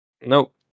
Nope